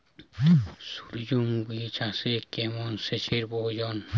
সূর্যমুখি চাষে কেমন সেচের প্রয়োজন?